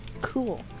Cool